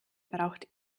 braucht